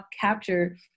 capture